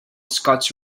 scotts